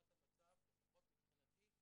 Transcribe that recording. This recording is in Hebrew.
לפחות מבחינתי,